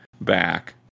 back